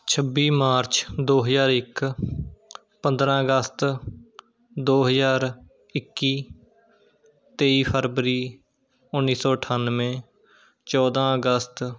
ਛੱਬੀ ਮਾਰਚ ਦੋ ਹਜ਼ਾਰ ਇੱਕ ਪੰਦਰਾਂ ਅਗਸਤ ਦੋ ਹਜ਼ਾਰ ਇੱਕੀ ਤੇਈ ਫਰਵਰੀ ਉੱਨੀ ਸੌ ਅਠਾਨਵੇਂ ਚੌਦ੍ਹਾਂ ਅਗਸਤ